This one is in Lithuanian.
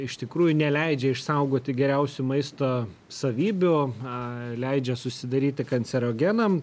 iš tikrųjų neleidžia išsaugoti geriausių maisto savybių a leidžia susidaryti kancerogenam